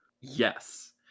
Yes